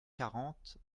quarante